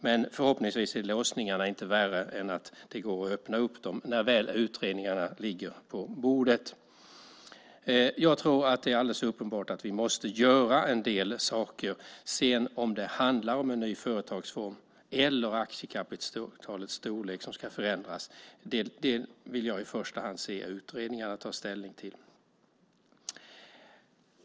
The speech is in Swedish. Men förhoppningsvis är låsningarna inte värre än att det går att öppna upp dem när väl utredningarna ligger på bordet. Det är alldeles uppenbart att vi måste göra en del saker. Om det sedan handlar om en ny företagsform eller att aktiekapitalets storlek ska förändras vill jag i första hand se utredningarna ta ställning till.